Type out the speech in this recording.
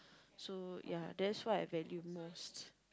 so ya that's why I value most